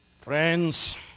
Friends